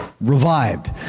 revived